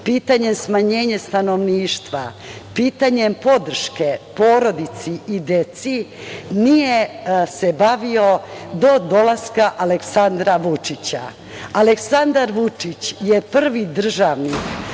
pitanje smanjenja stanovništva, pitanjem podrške porodici i deci nije se bavio do dolaska Aleksandra Vučića. Aleksandar Vučić je prvi državnik